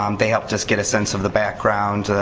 um they helped us get a sense of the background,